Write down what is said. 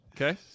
Okay